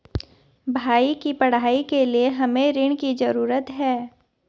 भाई की पढ़ाई के लिए हमे ऋण की जरूरत है